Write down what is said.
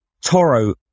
Toro